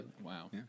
Wow